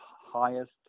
highest